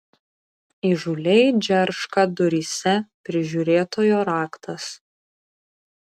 įžūliai džerška duryse prižiūrėtojo raktas